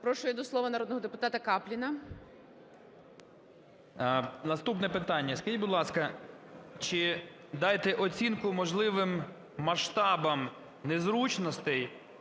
Запрошую до слова народного депутата Капліна. 16:33:56 КАПЛІН С.М. Наступне питання. Скажіть, будь ласка, чи дайте оцінку можливим масштабам незручностей